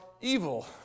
evil